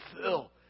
fill